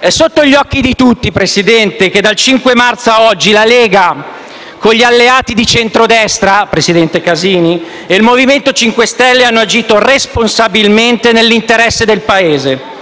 è sotto gli occhi di tutti che dal 5 marzo ad oggi la Lega con gli alleati di centrodestra e il Movimento 5 Stelle hanno agito responsabilmente nell'interesse del Paese